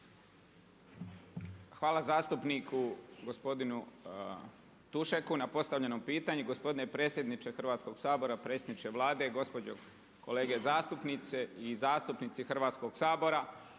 Hvala zastupniku gospodinu Tušeku na postavljenom pitanju. Gospodine predsjedniče Hrvatskog sabora, predsjedniče Vlade, gospođo kolege zastupnice i zastupnici Hrvatskog sabora,